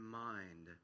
mind